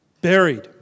buried